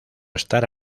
estar